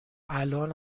الان